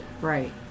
Right